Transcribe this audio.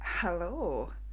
Hello